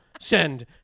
Send